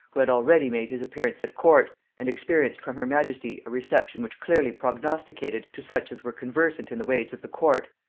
who had already made his appearance at court, and experienced from her majesty a reception which clearly prognosticated, to such as were conversant in the ways of the court,